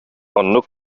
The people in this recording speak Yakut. оннук